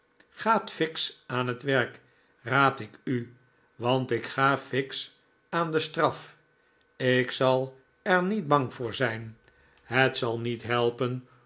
gaat fiksch aan het werk raad ik u want ik ga fiksch aan de straf ik zal er niet bang voor zijn het zal niet helpen